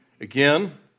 Again